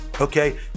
Okay